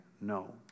no